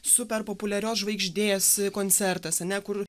super populiarios žvaigždės koncertas ane kur